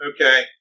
Okay